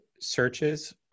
searches